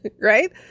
right